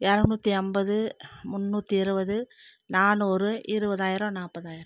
இரநூத்தி ஐம்பது முன்னூற்றி இருபது நானூறு இருபதாயிரம் நாற்பதாயிரம்